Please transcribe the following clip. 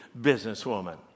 businesswoman